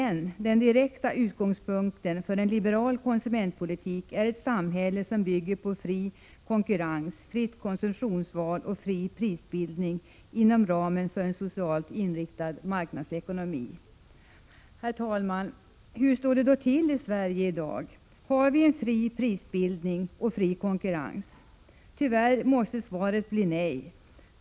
Den direkta utgångspunkten för en liberal konsumentpolitik är emellertid ett samhälle som bygger på fri konkurrens, fritt konsumtionsval och fri prisbildning inom ramen för en socialt inriktad marknadsekonomi. Herr talman! Hur står det då till i Sverige i dag? Har vi en fri prisbildning och fri konkurrens? Tyvärr måste svaret bli nej.